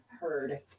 heard